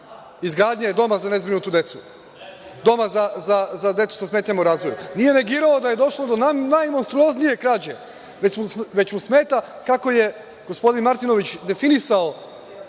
izgradnje doma za decu sa smetnjama u razvoju. Nije negirao da je došlo do najmonstruoznije krađe, već mu smeta kako je gospodin Martinović definisao